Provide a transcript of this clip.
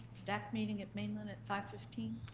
dac meeting at mainland at five fifteen.